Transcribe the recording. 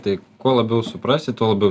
tai kuo labiau suprasi tuo labiau